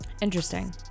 Interesting